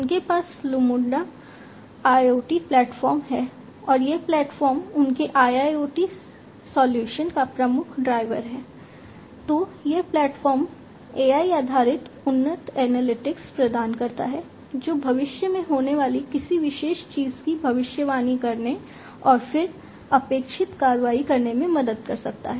उनके पास Lumada IoT platform प्रदान करता है जो भविष्य में होने वाली किसी विशेष चीज़ की भविष्यवाणी करने और फिर अपेक्षित कार्रवाई करने में मदद कर सकता है